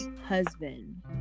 husband